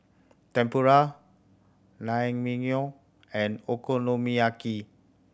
Tempura Naengmyeon and Okonomiyaki